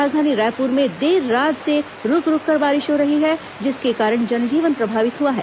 राजधानी रायपुर में देर रात से रूक रूककर बारिश हो रही है जिसके कारण जनजीवन प्रभावित हुआ है